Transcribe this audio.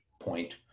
point